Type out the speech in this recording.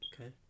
Okay